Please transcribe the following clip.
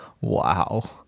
Wow